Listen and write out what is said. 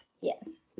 Yes